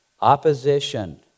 Opposition